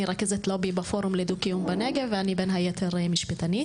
אני רכזת לובי בפורום לדו קיום בנגב ואני בין היתר משפטנית.